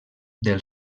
del